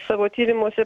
savo tyrimuose